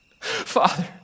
Father